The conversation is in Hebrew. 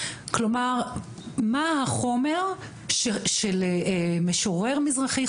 כלומר מה החומר של משורר מזרחי,